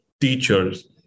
teachers